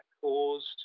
caused